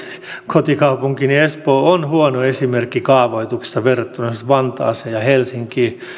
kotikaupunkini espoo on huono esimerkki kaavoituksesta verrattuna esimerkiksi vantaaseen ja helsinkiin